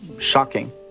shocking